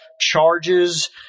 charges